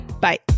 Bye